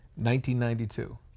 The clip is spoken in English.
1992